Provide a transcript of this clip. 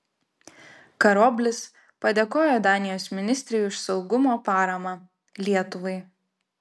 karoblis padėkojo danijos ministrei už saugumo paramą lietuvai